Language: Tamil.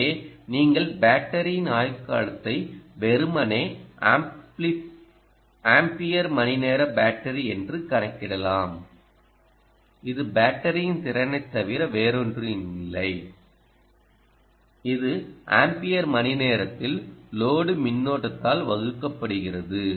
எனவே நீங்கள் பேட்டரியின் ஆயுட்காலத்தை வெறுமனே ஆம்பியர் மணிநேர பேட்டரி என்று கணக்கிடலாம் இது பேட்டரியின் திறனைத் தவிர வேறொன்றுமில்லை இது ஆம்பியர் மணிநேரத்தில் லோடு மின்னோட்டத்தால் வகுக்கப்படுகிறது